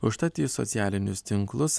užtat į socialinius tinklus